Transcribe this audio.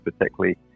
particularly